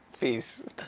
Peace